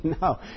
No